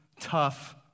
tough